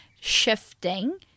shifting